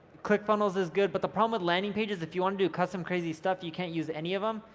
clickfunnels is good, but the problem with landing page is if you wanna do custom, crazy stuff, you can't use any of em.